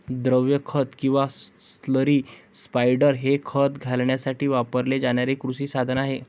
द्रव खत किंवा स्लरी स्पायडर हे खत घालण्यासाठी वापरले जाणारे कृषी साधन आहे